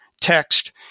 text